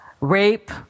rape